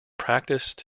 practiced